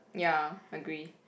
ya agree